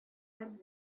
белән